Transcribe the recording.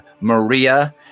Maria